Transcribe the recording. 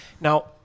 Now